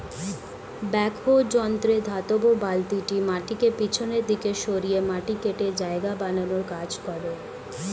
backhoe যন্ত্রে ধাতব বালতিটি মাটিকে পিছনের দিকে সরিয়ে মাটি কেটে জায়গা বানানোর কাজ করে